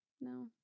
No